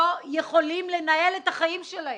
לא יכולים לנהל את החיים שלהם,